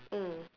mm